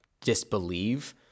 disbelieve